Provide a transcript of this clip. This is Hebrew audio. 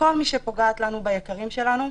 כל מי שפוגעת לנו ביקרים שלנו,